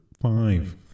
five